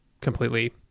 completely